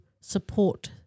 support